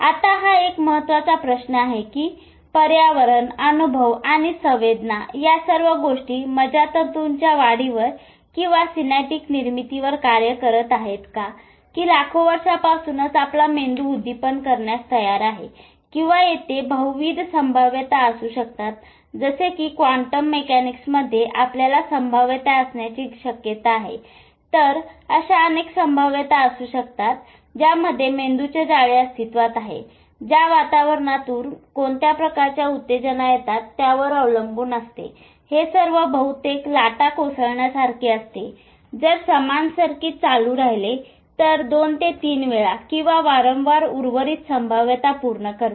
आता हा एक महत्त्वाचा प्रश्न आहेकि पर्यावरण अनुभव आणि संवेदना या सर्व गोष्टी मज्जातंतूंच्या वाढीवर किंवा सिनॅप्टिक निर्मितीवर कार्य करत आहेत का किं कि लाखो वर्षापासूनच आपला मेंदू उद्दीपन करण्यास तयार आहे किंवा येथे बहुविध संभाव्यता असू शकतात जसे की क्वांटम मेकॅनिक्समध्ये आपल्याकडे संभाव्यता असण्याची शक्यता आहे तर अशा अनेक संभाव्यता असू शकतात ज्यामध्ये मेंदूचे जाळे अस्तित्वात आहे ज्या वातावरणातून कोणत्या प्रकारच्या उत्तेजना येतात त्यावर अवलंबून असते ते सर्व बहुतेक लाटा कोसळण्यासारखे असते जर समान सर्किट चालू राहिले तर दोन ते तीनवेळा किंवा वारंवार उर्वरित संभाव्यता पूर्ण करते